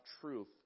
truth